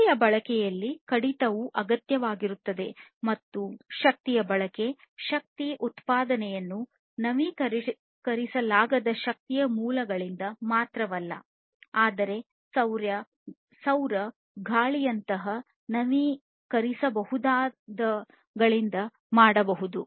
ಶಕ್ತಿಯ ಬಳಕೆಯಲ್ಲಿ ಕಡಿತವೂ ಅಗತ್ಯವಾಗಿರುತ್ತದೆ ಮತ್ತು ಶಕ್ತಿಯ ಬಳಕೆ ಶಕ್ತಿ ಉತ್ಪಾದನೆಯನ್ನು ನವೀಕರಿಸಲಾಗದ ಶಕ್ತಿಯ ಮೂಲಗಳಿಂದ ಮಾತ್ರವಲ್ಲ ಆದರೆ ಸೌರ ಗಾಳಿಯಂತಹ ನವೀಕರಿಸಬಹುದಾದವುಗಳಿಂದ ಮಾಡಬಹುದು